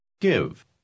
Give